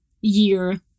year